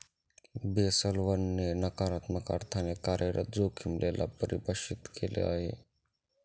Basel one ने नकारात्मक अर्थाने कार्यरत जोखिमे ला परिभाषित केलं आहे